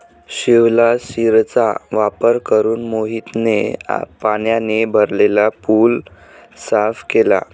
शिवलाशिरचा वापर करून मोहितने पाण्याने भरलेला पूल साफ केला